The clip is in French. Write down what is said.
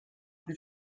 plus